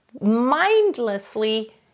mindlessly